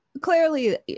clearly